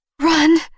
Run